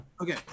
Okay